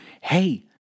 hey